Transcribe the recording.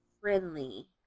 friendly